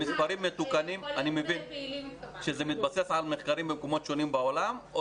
אני מבין שזה מתבסס על מחקרים ממקומות שונים בעולם.